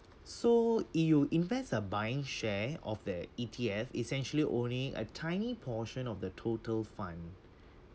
so you invest a buying share of the E_T_F essentially only a tiny portion of the total fund